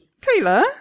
Kayla